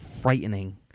Frightening